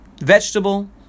Vegetable